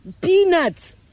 peanuts